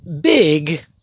big